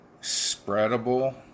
spreadable